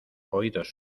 oídos